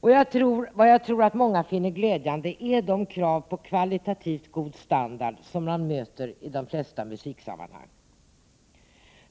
Vad jag tror att många finner glädjande är de krav på kvalitativt god standard som man möter i de flesta musiksammanhang.